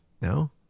No